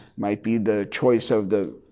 might be the choice of the